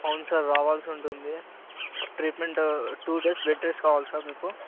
అవును సార్ రావాల్సి ఉంటుంది treatment two days bed rest కావాలి సార్ మీకు